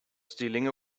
stealing